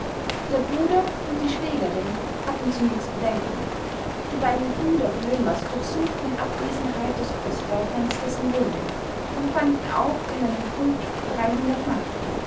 der bruder und die schwägerin hatten zunächst bedenken die beiden brüder blömers durchsuchten in abwesenheit des oberstleutnants dessen wohnung und fanden auch in einem pult dreihundert mark